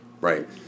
Right